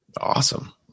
Awesome